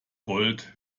gold